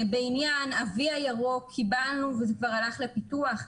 קיבלנו את ההערה בעניין ה-וי הירוק וזה כבר הלך לפיתוח.